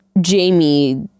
Jamie